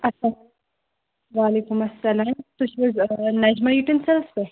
اسل وعلیکم اَلسلام تُہۍ چھُ حظ ٲں نَجمہ یُٹیٚنسِلٕز پٮ۪ٹھ